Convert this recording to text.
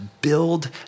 build